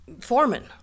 foreman